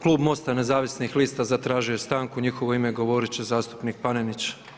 Klub Most-a nezavisnih lista zatražio je stanku u njihovo ime govorit će zastupnik Panenić.